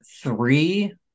three